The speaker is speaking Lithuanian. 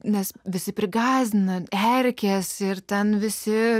nes visi prigąsdina erkės ir ten visi